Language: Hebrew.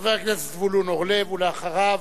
חבר הכנסת זבולון אורלב, ואחריו,